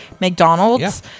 McDonald's